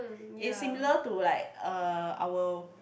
it's similar to like uh our